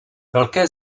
velké